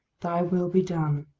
thy will be done.